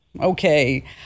okay